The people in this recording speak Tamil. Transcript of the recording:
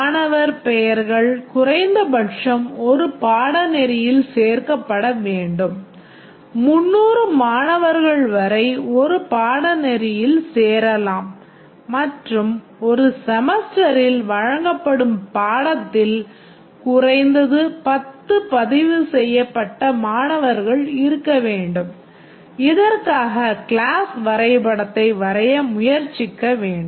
மாணவர் பெயர்கள் குறைந்தபட்சம் ஒரு பாடநெறியில் சேர்க்கப்பட வேண்டும் 300 மாணவர்கள் வரை ஒரு பாடநெறியில் சேரலாம் மற்றும் ஒரு செமஸ்டரில் வழங்கப்படும் பாடத்தில் குறைந்தது 10 பதிவு செய்யப்பட்ட மாணவர்கள் இருக்க வேண்டும் இதற்காக கிளாஸ் வரைபடத்தை வரைய முயற்சிக்க வேண்டும்